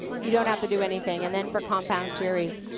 you don't have to do anything. and then, for compound queries,